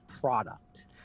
product